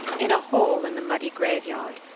in a hole in the muddy graveyard,